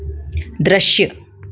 दृश्य